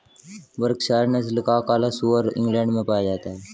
Berkshire नस्ल का काला सुअर इंग्लैण्ड में पाया जाता है